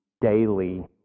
daily